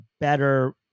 better